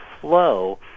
flow